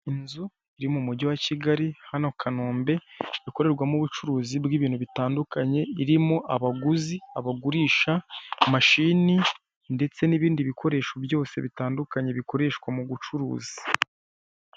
Ahani ni mu muhanda wa kaburimbo harimo imirongo y'umweru icagaguye imenyesha ko umuntu yemerewe kuha kuwurenga hakaba harimo n'imodoka ebyiri z'umweru imwe ni ivatiri indi ni taxi moto.